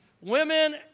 women